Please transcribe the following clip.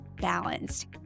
balanced